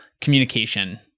communication